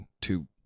two